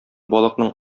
балыкның